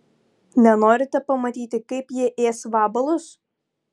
nenorite pamatyti kaip jie ės vabalus